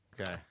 Okay